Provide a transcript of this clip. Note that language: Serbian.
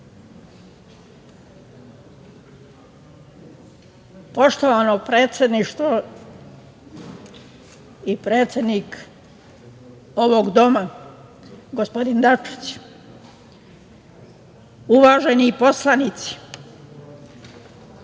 Poštovano predsedništvo i predsedniče ovog doma, gospodine Dačić, uvaženi poslanici,